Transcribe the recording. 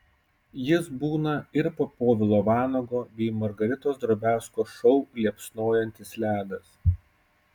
jis būna ir po povilo vanago bei margaritos drobiazko šou liepsnojantis ledas